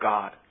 God